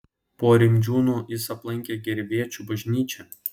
po rimdžiūnų jis aplankė gervėčių bažnyčią